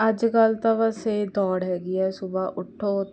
ਅੱਜ ਕੱਲ੍ਹ ਤਾਂ ਬਸ ਇਹ ਦੌੜ ਹੈਗੀ ਹੈ ਸੁਬਹਾ ਉੱਠੋ